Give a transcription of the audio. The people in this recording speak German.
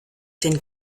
den